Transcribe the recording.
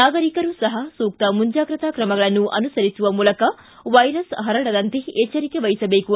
ನಾಗರಿಕರೂ ಸಹ ಸೂಕ್ತ ಮುಂಜಾಗ್ರತಾ ಕ್ರಮಗಳನ್ನು ಅನುಸರಿಸುವ ಮೂಲಕ ವೈರಸ್ ಹರಡದಂತೆ ಎಚ್ಚರಿಕೆ ವಹಿಸಬೇಕು